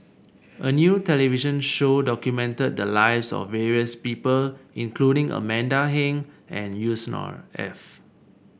a new television show documented the lives of various people including Amanda Heng and Yusnor Ef